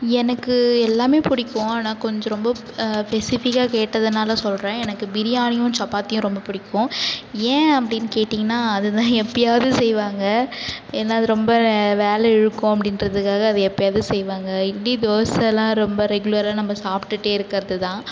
எனக்கு எல்லாமே பிடிக்கும் ஆனால் கொஞ்சம் ரொம்ப பெசிபிக்காக கேட்டதுனால் சொல்கிறேன் எனக்கு பிரியாணியும் சப்பாத்தியும் ரொம்ப பிடிக்கும் ஏன் அப்படினு கேட்டீங்கனா அதுதான் எப்போயாவது செய்வாங்க ஏன்னால் அது ரொம்ப வேலை இழுக்கும் அப்படின்றதுக்காக அது எப்போயாவது செய்வாங்க இட்லி தோசைலாம் ரொம்ப ரெகுலராக நம்ம சாப்பிடிட்டே இருக்கிறது தான்